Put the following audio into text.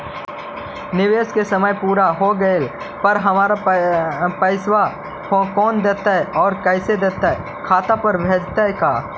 निवेश के समय पुरा हो गेला पर हमर पैसबा कोन देतै और कैसे देतै खाता पर भेजतै का?